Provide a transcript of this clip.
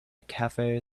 cafe